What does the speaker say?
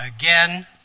again